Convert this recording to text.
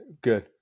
good